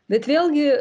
bet vėlgi